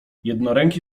jednoręki